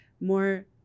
more